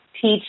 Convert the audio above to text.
teach